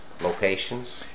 locations